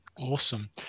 Awesome